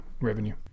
revenue